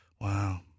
Wow